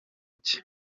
cye